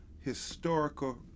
historical